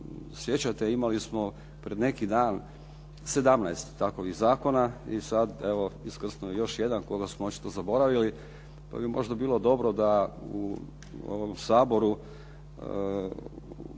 sjećate imali smo pred neki dan 17 takovih zakona i evo sada je iskrsnuo još jedan koga smo očito zaboravili, pa bi možda bilo dobro da u ovom Saboru